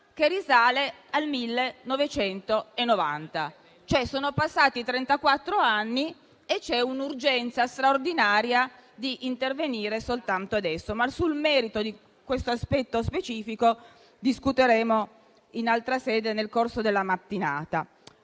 che risale al 1990. Sono passati trentaquattro anni e c'è un'urgenza straordinaria di intervenire soltanto adesso. Sul merito di questo aspetto specifico discuteremo in altra sede nel corso della mattinata.